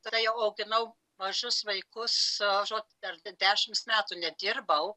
tada jau auginau mažus vaikus žinot dešimt metų nedirbau